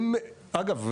אגב,